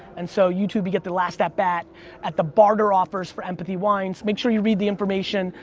and so, youtube, you get the last at-bat at the barter offers for empathy wines. make sure you read the information.